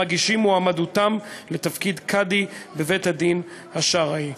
המגישים מועמדותם לתפקיד קאדי בבית-הדין השרעי.